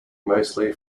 mostly